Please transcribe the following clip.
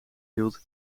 hield